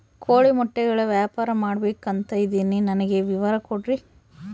ಕೋಳಿ ಮೊಟ್ಟೆಗಳ ವ್ಯಾಪಾರ ಮಾಡ್ಬೇಕು ಅಂತ ಇದಿನಿ ನನಗೆ ವಿವರ ಕೊಡ್ರಿ?